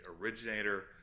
originator